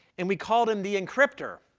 and we called him the encryptor,